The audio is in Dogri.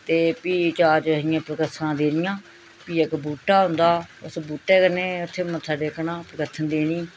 ते फ्ही चार चफेरे परदक्खना देनियां फ्ही इक बूह्टा होंदा उस बूह्टे कन्नै उत्थें मत्था टेकना परदक्खन देनी